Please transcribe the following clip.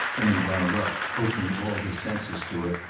then he wound up, opening all his senses to it,